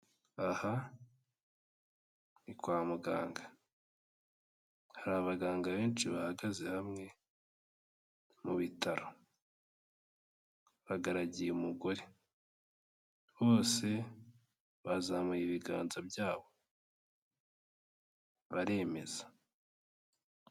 Aha ni kwa muganga, hari abaganga benshi bahagaze hamwe mu bitaro, bagaragiye umugore, bose bazamuye ibiganza byabo baremeza.